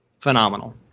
phenomenal